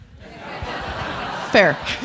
Fair